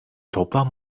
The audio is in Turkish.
toplam